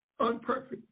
unperfect